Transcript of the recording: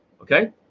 okay